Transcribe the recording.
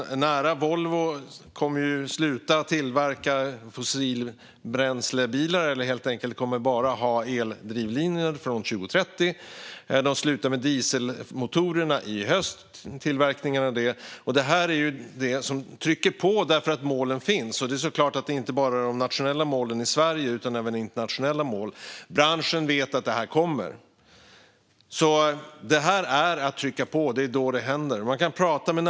Volvo kommer att sluta tillverka fossilbränslebilar, och från 2030 kommer det att endast finnas eldrivna. De slutar med tillverkningen av dieselmotorer i höst. Att dessa mål finns innebär ett tryck på omställningen. Det handlar såklart inte bara om de nationella målen i Sverige utan även om internationella mål. Branschen vet att det här kommer. Det här är att trycka på, och det är då det händer.